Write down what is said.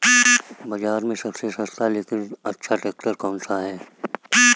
बाज़ार में सबसे सस्ता लेकिन अच्छा ट्रैक्टर कौनसा है?